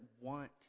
want